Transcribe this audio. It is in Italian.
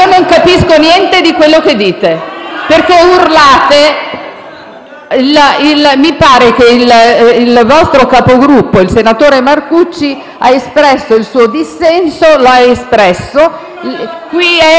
ma non capisco niente di quello che dite, perché urlate. Mi pare che il vostro Capogruppo, il senatore Marcucci, abbia espresso il suo dissenso. LAUS *(PD)*. Prima